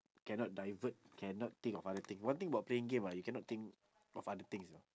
cannot divert cannot think of other thing one thing about playing game ah you cannot think of other things you know